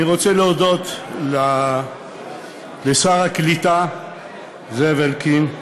אני רוצה להודות לשר העלייה והקליטה זאב אלקין,